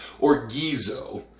orgizo